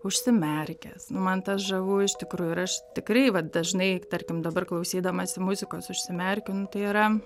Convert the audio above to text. užsimerkęs nu man tas žavu iš tikrųjų ir aš tikrai vat dažnai tarkim dabar klausydamasi muzikos užsimerkiu nu tai yra